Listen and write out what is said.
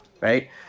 right